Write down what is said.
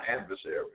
adversary